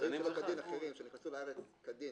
זה לא חל על שוהים שנכנסו לארץ כדין